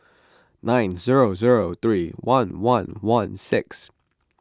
nine zero zero three one one one six